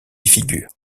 figure